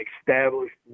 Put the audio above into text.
established